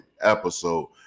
episode